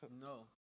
No